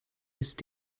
ist